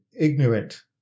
ignorant